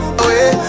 away